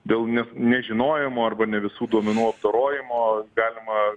dėl ne nežinojimo arba ne visų duomenų apdorojimo galima